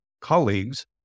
colleagues